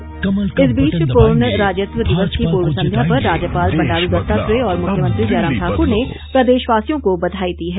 बधाई इस बीच पूर्ण राज्यत्व दिवस की पूर्व संध्या पर राज्यपाल बंडारू दत्तात्रेय और मुख्यमंत्री जयराम ठाकुर ने प्रदेशवासियों को बधाई दी है